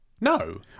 No